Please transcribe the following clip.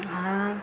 हा